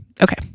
Okay